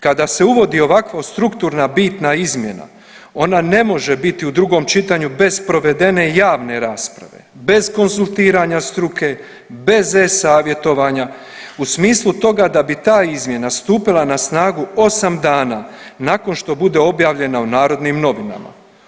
Kada se uvodi ovako strukturna bitna izmjena ona ne može biti u drugom čitanju bez provedene javne rasprave, bez konzultiranja struke, bez e-savjetovanja u smislu toga da bi ta izmjena stupila na snagu osam dana nakon što bude objavljena u Narodnim novinama.